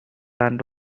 and